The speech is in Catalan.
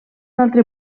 altre